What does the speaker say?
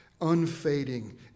unfading